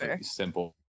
simple